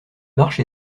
marche